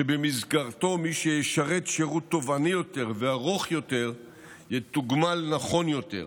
שבמסגרתו מי שישרת שירות תובעני יותר וארוך יותר יתוגמל נכון יותר,